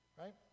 Right